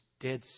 dead